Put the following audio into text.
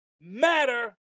matter